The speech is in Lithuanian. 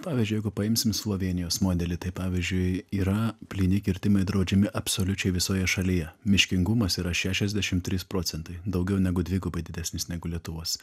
pavyzdžiui jeigu paimsim slovėnijos modelį tai pavyzdžiui yra plyni kirtimai draudžiami absoliučiai visoje šalyje miškingumas yra šešiasdešim trys procentai daugiau negu dvigubai didesnis negu lietuvos